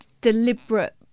deliberate